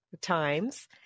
times